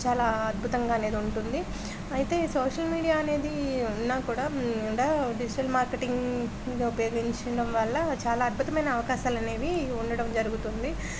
చాలా అద్భుతంగా అనేది ఉంటుంది అయితే సోషల్ మీడియా అనేది ఉన్నా కూడా డిజిటల్ మార్కెటింగ్ ఉపయోగించడం వల్ల చాలా అద్భుతమైన అవకాశాలు అనేవి ఉండడం జరుగుతుంది